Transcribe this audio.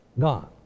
Gone